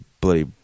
bloody